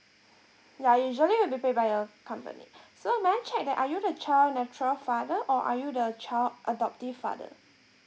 ya usually will be paid by your company so may I check that are you the child natural father or are you the child adoptive father